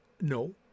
No